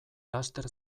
laster